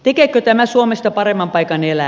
tekeekö tämä suomesta paremman paikan elää